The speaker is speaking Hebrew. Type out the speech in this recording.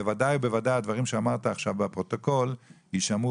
בוודאי ובוודאי הדברים שאמרת עכשיו בפרוטוקול יישמעו